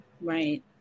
Right